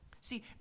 See